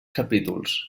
capítols